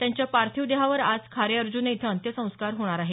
त्यांच्या पार्थिव देहावर आज खारे खर्जुने इथं अंत्यसंस्कार होणार आहेत